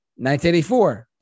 1984